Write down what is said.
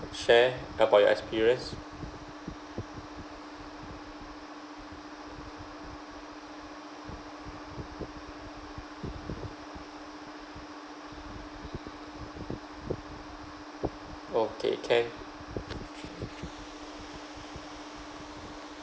share about your experience okay can